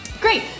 Great